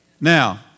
Now